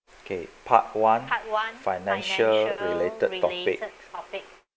okay part one financial-related topic